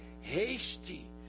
hasty